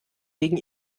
wegen